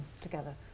together